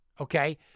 okay